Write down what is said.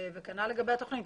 וכנ"ל לגבי התוכנית.